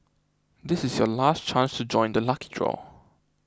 this is your last chance to join the lucky draw